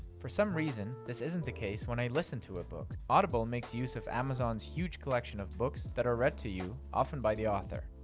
for some reason, this isn't the case when i listen to a book. audible makes use of amazon's huge collection of books that are read to you, often by the author.